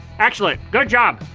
actually. good job!